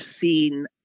seen